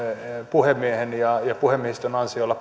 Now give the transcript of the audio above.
puhemiehen ja puhemiehistön ansioilla